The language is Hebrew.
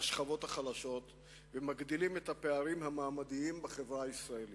בשכבות החלשות ומגדילים את הפערים המעמדיים בחברה הישראלית.